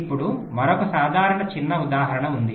ఇప్పుడు మరొక సాధారణ చిన్న ఉదాహరణ ఉంది